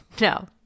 No